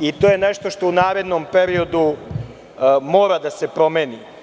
i to je nešto što u narednom periodu mora da se promeni.